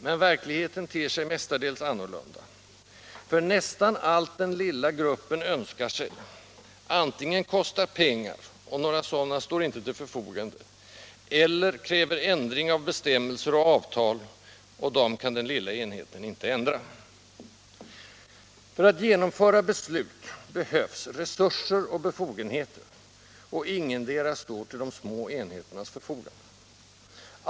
Men verkligheten ter sig mestadels annorlunda, för nästan allt den lilla gruppen önskar sig antingen kostar pengar, och några sådana står inte till förfogande, eller kräver ändring av bestämmelser och avtal, och dessa kan den lilla enheten inte ändra. För att genomföra beslut behövs resurser och befogenheter — och ingetdera står till de små enheternas förfogande.